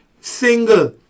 single